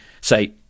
say